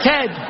Ted